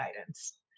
guidance